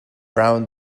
brown